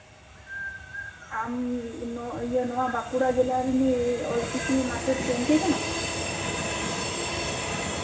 ᱟᱢ ᱱᱚᱶᱟ ᱵᱟᱸᱠᱩᱲᱟ ᱡᱮᱞᱟᱨᱮᱱ ᱚᱞᱪᱤᱠᱤ ᱢᱟᱪᱮᱫ ᱜᱚᱝᱠᱮ ᱠᱟᱱᱟᱢ